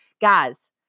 guys